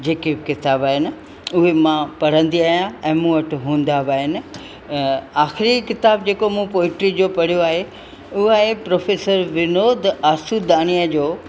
जेके बि किताब आहिनि उहे मां पढ़ंदी आहियां मूं वटि हूंदा बि आहिनि ऐं आख़िरी किताबु मूं पोइट्री जो पढ़ियो आहे उहो आहे प्रोफेसर विनोद आसूदाणीअ जो